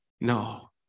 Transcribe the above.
No